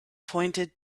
pointed